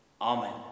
Amen